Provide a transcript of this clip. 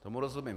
Tomu rozumím.